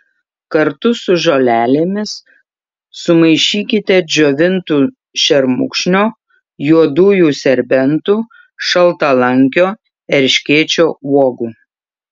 kartu su žolelėmis sumaišykite džiovintų šermukšnio juodųjų serbentų šaltalankio erškėčio uogų